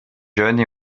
jeunes